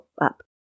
up